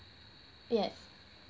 yes